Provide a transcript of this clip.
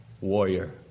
warrior